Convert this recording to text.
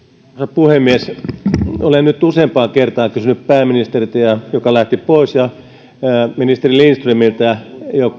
puhemies olen nyt useampaan kertaan kysynyt pääministeriltä joka lähti pois ja ministeri lindströmiltä